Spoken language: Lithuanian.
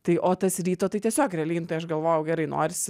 tai o tas ryto tai tiesiog realiai nu tai aš galvojau gerai norisi